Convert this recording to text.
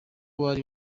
bari